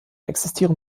existieren